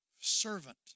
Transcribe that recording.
servant